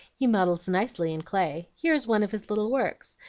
he models nicely in clay. here is one of his little works.